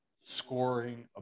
scoring